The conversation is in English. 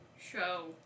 show